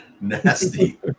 Nasty